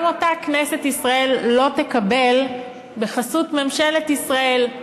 אותה כנסת ישראל לא תקבל בחסות ממשלת ישראל,